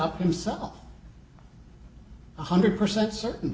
up himself one hundred percent certain